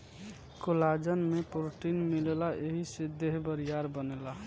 collagen में protein मिलेला एही से देह बरियार बनेला